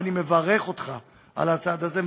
ואני מברך אותך על הצעד הזה,